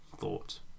thought